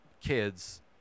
kids